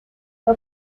her